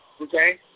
okay